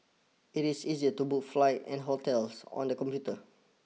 it is easy to book flights and hotels on the computer